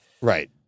Right